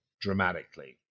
dramatically